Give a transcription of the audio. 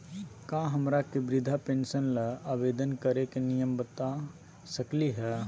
का हमरा के वृद्धा पेंसन ल आवेदन करे के नियम बता सकली हई?